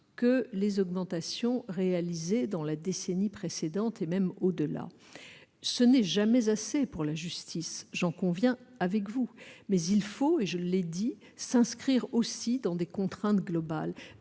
que les augmentations réalisées dans la décennie précédente et même au-delà. Rien n'est jamais assez pour la justice, j'en conviens avec vous, mais il faut aussi s'inscrire- je le répète -dans des contraintes globales.